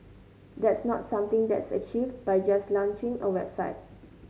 that's not something that's achieved by just launching a website